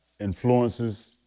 influences